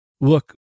look